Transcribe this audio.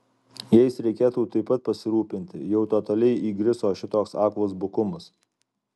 jais reikėtų taip pat pasirūpinti jau totaliai įgriso šitoks aklas bukumas